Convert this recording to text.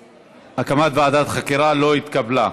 הקמת ועדת חקירה או לא, נא להצביע.